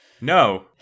No